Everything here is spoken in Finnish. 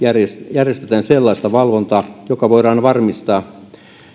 järjestetään sellaista valvontaa jolla voidaan varmistaa